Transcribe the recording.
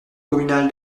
communal